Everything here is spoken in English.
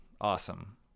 Awesome